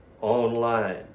online